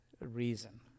reason